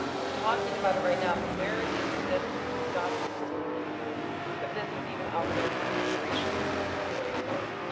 we're talking about it right now, but where is this documented that this is even out there for consideration moving forward?